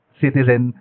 citizen